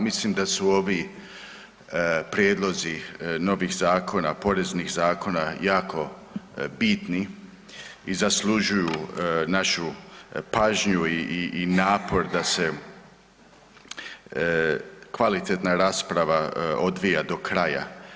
Mislim da su ovi prijedlozi novih zakona, poreznih zakona, jako bitni i zaslužuju našu pažnju i, i, i napor da se kvalitetna rasprava odvija do kraja.